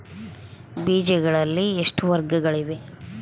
ಬೇಜಗಳಲ್ಲಿ ಎಷ್ಟು ವರ್ಗಗಳಿವೆ?